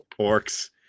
orcs